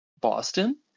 Boston